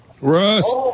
Russ